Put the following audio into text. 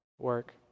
work